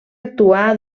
actuà